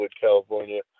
California